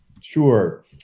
Sure